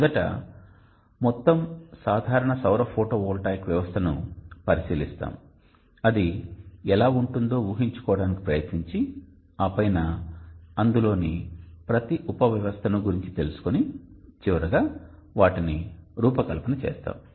మొదట మొత్తం సాధారణ సౌర ఫోటోవోల్టాయిక్ వ్యవస్థను పరిశీలిస్తాము అది ఎలా ఉంటుందో ఊహించుకోవటానికి ప్రయత్నించి ఆపైన అందులోని ప్రతి ఉపవ్యవస్థ ను గురించి తెలుసుకొని చివరగా గా వాటిని రూపకల్పన చేస్తాము